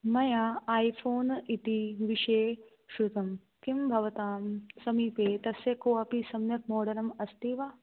मया iPhone इति विषये श्रुतं किं भवतां समीपे तस्य को अपि सम्यक् मोडलम् अस्ति वा